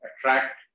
attract